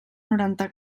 noranta